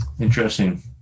Interesting